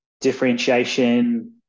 differentiation